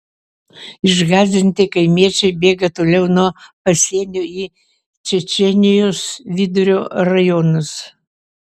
išgąsdinti kaimiečiai bėga toliau nuo pasienio į čečėnijos vidurio rajonus